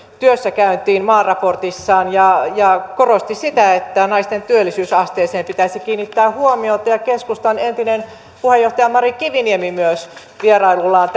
työssäkäyntiin maaraportissaan ja ja korosti sitä että naisten työllisyysasteeseen pitäisi kiinnittää huomiota ja myös keskustan entinen puheenjohtaja mari kiviniemi vierailullaan